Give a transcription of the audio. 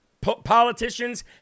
politicians